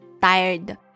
tired